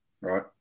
Right